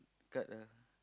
cut lah